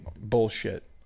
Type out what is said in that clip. bullshit